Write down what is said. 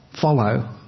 follow